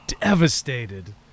devastated